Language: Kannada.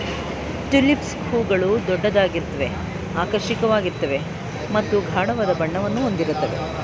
ಟುಲಿಪ್ಸ್ ಹೂಗಳು ದೊಡ್ಡದಾಗಿರುತ್ವೆ ಆಕರ್ಷಕವಾಗಿರ್ತವೆ ಮತ್ತು ಗಾಢವಾದ ಬಣ್ಣವನ್ನು ಹೊಂದಿರುತ್ವೆ